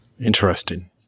Interesting